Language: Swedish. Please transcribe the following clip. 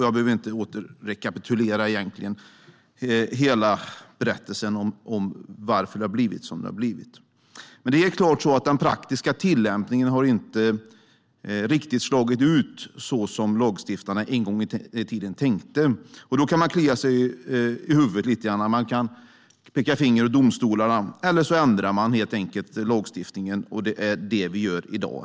Jag behöver inte rekapitulera hela berättelsen om varför det har blivit som det har blivit. Men det är helt klart så att den praktiska tillämpningen inte riktigt har slagit ut så som lagstiftarna en gång i tiden tänkte att den skulle. Då kan man klia sig i huvudet lite grann och peka finger åt domstolarna, eller så ändrar man helt enkelt lagstiftningen. Det är det vi gör här i dag.